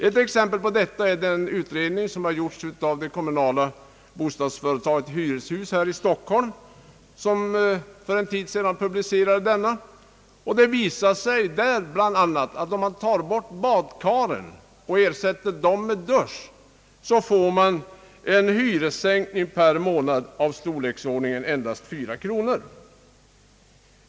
Ett exempel på detta är en utredning som har gjorts av det kommunala bostadsföretaget Hyreshus i Stockholm. Den publicerades för en tid sedan. Den visar bl.a. att om man tar bort badkaren och ersätter dem med dusch så får man en hyressänkning per månad av storleksordningen endast 4 kronor.